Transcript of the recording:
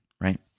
right